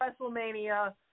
WrestleMania